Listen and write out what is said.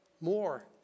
more